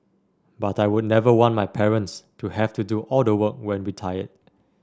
but I would never want my parents to have to do all the work when retired